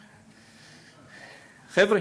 חבר'ה,